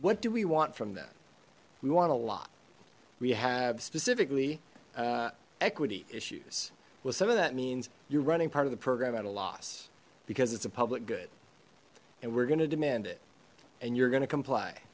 what do we want from them we want a lot we have specifically equity issues well some of that means you're running part of the program at a loss because it's a public good and we're gonna demand it and you're going to comply